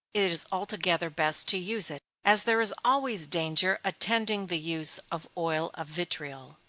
it is altogether best to use it, as there is always danger attending the use of oil of vitriol,